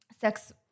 sex